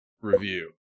review